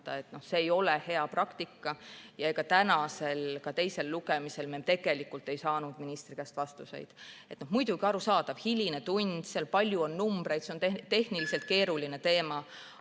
ei ole hea praktika. Ja ka tänasel teisel lugemisel me tegelikult ei saanud ministri käest vastuseid. Muidugi, arusaadav – hiline tund, eelnõus on palju numbreid, see on tehniliselt keeruline teema.